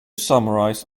summarize